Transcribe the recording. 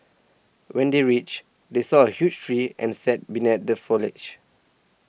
when they reached they saw a huge tree and sat beneath the foliage